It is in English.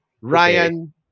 Ryan